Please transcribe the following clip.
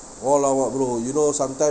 all lawak bro you know sometimes